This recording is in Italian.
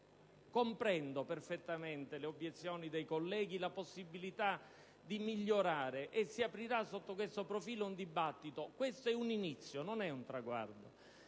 comprendo perfettamente le obiezioni dei colleghi circa la possibilità di apportare dei miglioramenti, e si aprirà sotto questo profilo un dibattito: questo è un inizio, non è un traguardo.